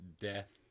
death